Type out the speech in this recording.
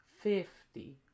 fifty